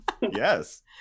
yes